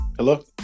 Hello